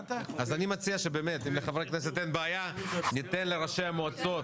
אני מציע שבאמת אם לחברי הכנסת אין בעיה ניתן לראשי המועצות